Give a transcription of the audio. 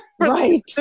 Right